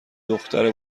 دختر